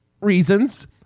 reasons